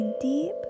deep